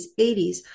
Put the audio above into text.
80s